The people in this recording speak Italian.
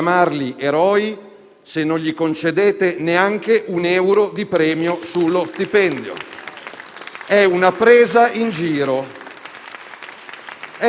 È una presa in giro. Se, Dio non voglia, si arriverà allo sciopero generale indetto dai sindacati per il pubblico impiego, perché il Governo non ascolta